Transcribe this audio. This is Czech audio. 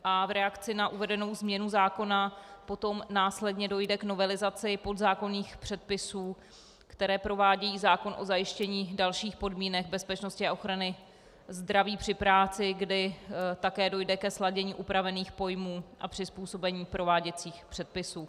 V reakci na uvedenou změnu zákona potom následně dojde k novelizaci podzákonných předpisů, které provádějí zákon o zajištění dalších podmínek bezpečnosti a ochrany zdraví při práci, kdy také dojde ke sladění upravených pojmů a přizpůsobení prováděcích předpisů.